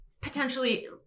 potentially